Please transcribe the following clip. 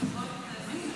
אמרת שזה לא מוסרי ולא ערכי.